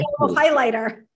highlighter